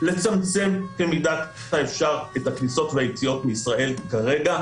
לצמצם במידת האפשר את הכניסות והיציאות מישראל כרגע,